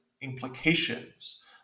implications